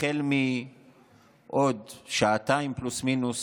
החל מעוד שעתיים פלוס-מינוס